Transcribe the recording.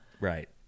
right